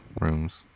rooms